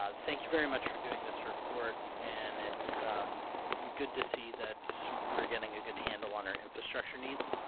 um thank you very much for doing this report and it's good to see that we're getting a good handle on our infrastructure needs.